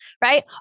right